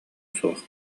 суох